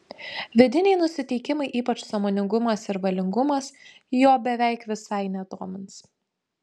vidiniai nusiteikimai ypač sąmoningumas ir valingumas jo beveik visai nedomins